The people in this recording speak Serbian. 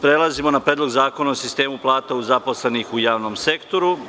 Prelazimo na Predlog zakona o sistemu plata zaposlenih u javnom sektoru.